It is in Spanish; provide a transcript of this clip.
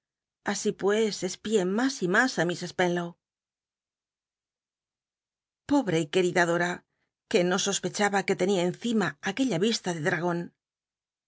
así pues espié mas y mas ti miss spcnlow pobee y queeida dora que no sospechaba que ten ia encima aquella y de dragon